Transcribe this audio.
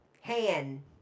Hand